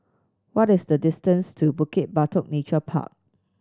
what is the distance to Bukit Batok Nature Park